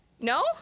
No